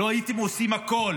לא הייתם עושים הכול